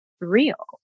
real